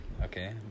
Okay